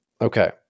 Okay